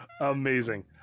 Amazing